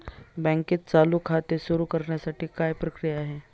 बँकेत चालू खाते सुरु करण्यासाठी काय प्रक्रिया आहे?